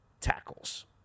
tackles